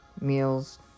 meals